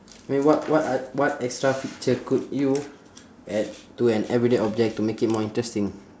I mean what what a~ what extra feature could you add to an everyday object to make it more interesting